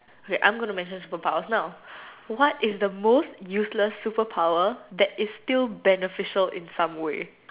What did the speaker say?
okay I'm gonna mention super powers now what is the most useless super power that is still beneficial in some way